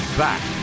back